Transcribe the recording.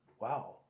wow